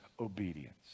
obedience